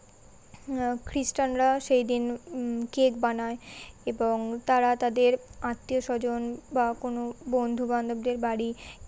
খ্রিস্টানরা সেই দিন কেক বানায় এবং তারা তাদের আত্মীয় স্বজন বা কোনো বন্ধু বান্ধবদের বাড়ি